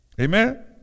Amen